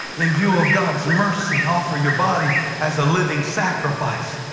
in view of god's mercy, offer your body as a living sacrifice.